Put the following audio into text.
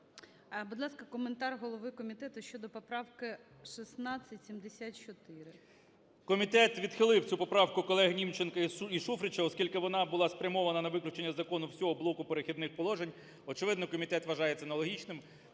Будь ласка, коментар голови комітету щодо поправки 1674. 13:59:50 КНЯЖИЦЬКИЙ М.Л. Комітет відхилив цю поправку колегиНімченка і Шуфрича, оскільки вона була спрямована на виключення закону всього блоку "Перехідних положень", очевидно, комітет вважає це не логічним.